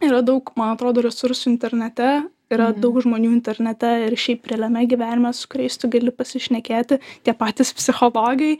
yra daug man atrodo resursų internete yra daug žmonių internete ir šiaip realiame gyvenime su kuriais tu gali pasišnekėti tie patys psichologai